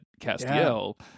Castiel